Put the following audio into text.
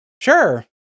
Sure